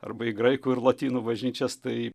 arba į graikų ir lotynų bažnyčias tai